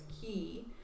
key